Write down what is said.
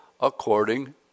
according